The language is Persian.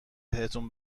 بهتون